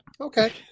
Okay